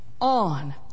on